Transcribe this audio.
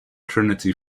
trinity